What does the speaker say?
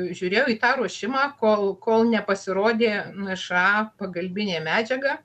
žiūrėjau į tą ruošimą kol kol nepasirodė nša pagalbinė medžiaga